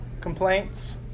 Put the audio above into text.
complaints